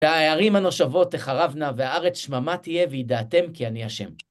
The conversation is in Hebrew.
והערים הנושבות תחרבנה, והארץ שממה תהיה, וידעתם כי אני השם.